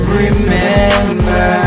remember